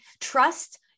Trust